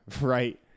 right